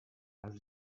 als